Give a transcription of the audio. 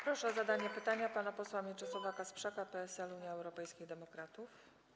Proszę o zadanie pytania pana posła Mieczysława Kasprzaka, PSL - Unia Europejskich Demokratów.